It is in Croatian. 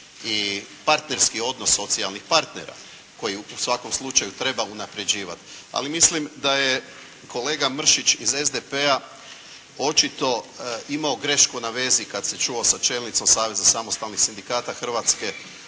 i partnerski odnos socijalnih partnera koji u svakom slučaju treba unapređivati. Ali mislim da je kolega Mršić iz SDP-a očito imao grešku na vezi kad se čuo sa čelnicom Samostalnih sindikalnih Hrvatske